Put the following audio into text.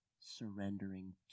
surrendering